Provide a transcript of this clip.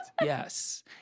Yes